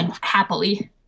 happily